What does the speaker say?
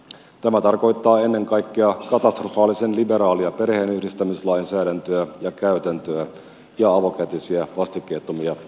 tämä tarkoittaa ennen kaikkea katastrofaalisen liberaalia perheenyhdistämislainsäädäntöä ja käytäntöä ja avokätisiä vastikkeettomia sosiaalitukia